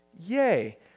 Yay